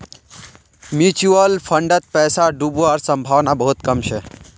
mutual फंडत पैसा डूबवार संभावना बहुत कम छ